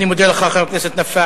אני מודה לך, חבר הכנסת נפאע.